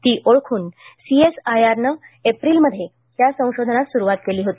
ती ओळखून सीएसआयआरने एप्रिलमध्ये या संशोधनास सुरवात केली होती